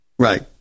Right